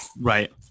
Right